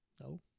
No